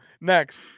Next